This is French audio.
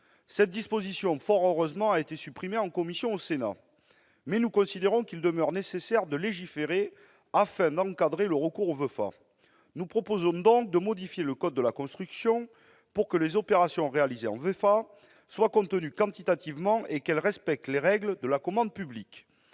Cette disposition, fort heureusement, a été supprimée en commission au sénat. Mais nous considérons qu'il demeure nécessaire de légiférer afin d'encadrer le recours aux VEFA. Nous proposons donc de modifier le code de la construction et de l'habitation pour que les opérations réalisées en VEFA soient contenues quantitativement et qu'elles respectent les règles de la commande publique.